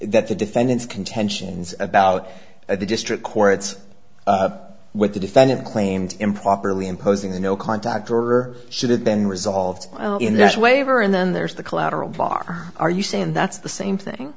the defendants contentions about at the district courts with the defendant claimed improperly imposing a no contact order should have been resolved in this waiver and then there's the collateral bar are you saying that's the same thing